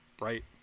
right